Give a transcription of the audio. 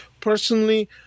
personally